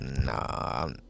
nah